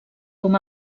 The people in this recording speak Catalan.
com